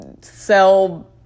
sell